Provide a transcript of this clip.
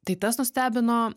tai tas nustebino